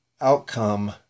outcome